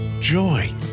joy